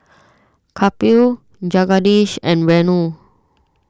Kapil Jagadish and Renu